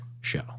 show